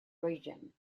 region